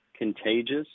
Contagious